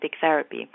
therapy